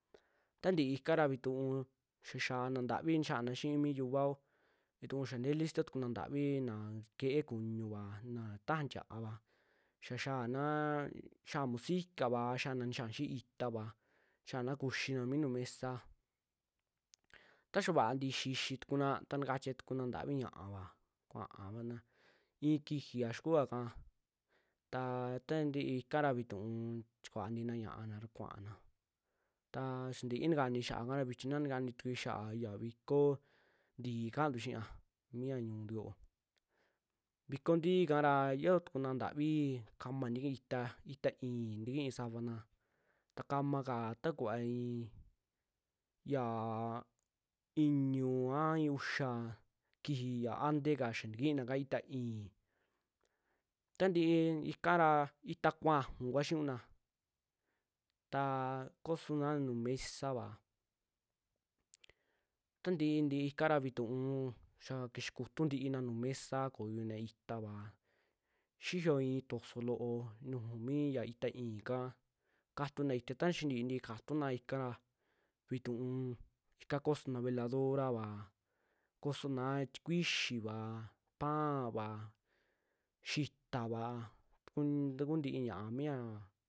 Tantii ikara vituu xia xiaana ntavi nixiaana xii mi yiuvao, vituu xaa ntee listo tuku na ntavi na kee kuñuva, naa taja tia'ava xia xiaana, xiaa musicava, xiaa na nixiaa xii itaava, xiaana kuxina mi nuu mesa, ta xaa vaa ntii xixitukuna ta ntikatia tuku naa ntavi ña'ava kuavana i'i kijiva yikuua kaa taa, tantii ikara vituu chikuaa ntiina ña'a ra kuana, ta sintii takani xia kara vichi naa ntakani tukui xiaa ya vikoo ntii kaantu xia mia ñu'untu yo'o, viko ntii kara yoo tukuna ntavi kama ntakii itaa, itaa i'in ntakii savana ta kamaka ta kuva i'i yaa iñu a uxa kiji ya anteka xaa ntakina itaa i'in, tantii ikara itaa kuaju kua xiniuna taa kosona nuju mesava, taa ntii nti ika vituu, xiaa kixa kutu ntiina nuju mesa koyona itaava, xiyo i'i toso loo nuju mi ya itaa i'in kaa katuna ita ta xaa ntii nti'i katuuna ikara vituu ika kosona veladorava. kosona tikuxiva, panva, xitava takun taku ntii ñia'a miaa.